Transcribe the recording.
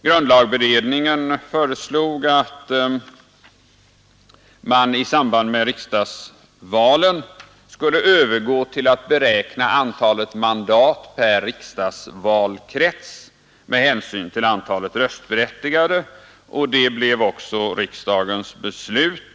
Grundlagberedningen föreslog att man i samband med riksdagsvalen skulle övergå till att beräkna antalet mandat per riksdagsvalkrets med hänsyn till antalet röstberättigade, och det blev också riksdagens beslut.